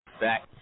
back